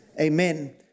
amen